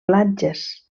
platges